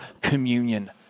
communion